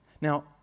Now